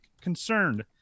Concerned